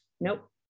Nope